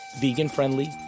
vegan-friendly